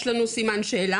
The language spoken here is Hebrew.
יש לנו סימן שאלה,